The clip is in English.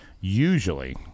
Usually